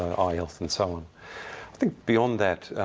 eye health and so on. i think beyond that,